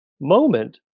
moment